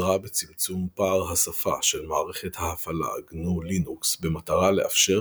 עזרה בצמצום פער השפה של מערכת ההפעלה גנו/לינוקס במטרה לאפשר